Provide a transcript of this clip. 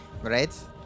Right